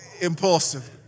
Impulsive